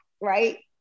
right